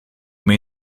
may